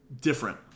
different